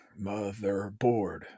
motherboard